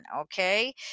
Okay